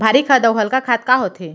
भारी खाद अऊ हल्का खाद का होथे?